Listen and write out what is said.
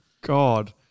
god